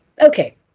okay